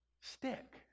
Stick